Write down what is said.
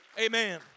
Amen